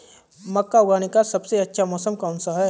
मक्का उगाने का सबसे अच्छा मौसम कौनसा है?